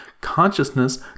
consciousness